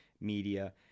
media